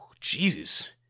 Jesus